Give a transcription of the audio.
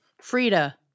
Frida